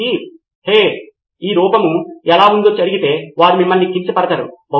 కనుక ఇది ఒక లక్షణాన్ని అక్కడ ఉంచవలసిన అవసరం లేదు ఎందుకంటే అది ఉంది కానీ అది మీ ప్రాథమిక సంఘర్షణను పరిష్కరిస్తుందా